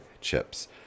chips